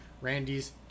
Randy's